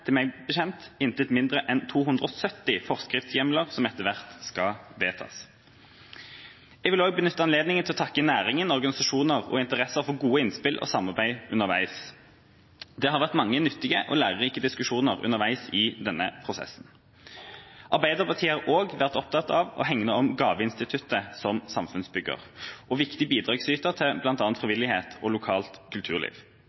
meg bekjent, intet mindre enn 270 forskriftshjemler som etter hvert skal vedtas. Jeg vil også benytte anledningen til å takke næringen, organisasjoner og interessenter for gode innspill og samarbeid underveis. Det har vært mange nyttige og lærerike diskusjoner underveis i denne prosessen. Arbeiderpartiet har også vært opptatt av å hegne om gaveinstituttet som samfunnsbygger og viktig bidragsyter til bl.a. frivillighet og lokalt kulturliv.